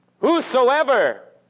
Whosoever